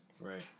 Right